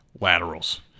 laterals